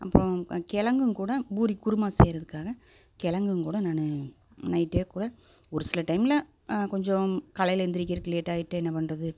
அப்புறம் கிழங்கும் கூட பூரிக் குருமா செய்யறதுக்காக கிழங்கும் கூட நான் நைட்டே கூட ஒரு சில டைமில் கொஞ்சம் காலையில் எந்திரிக்கிறக்கு லேட் ஆயிட்டு என்ன பண்ணுறது